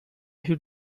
who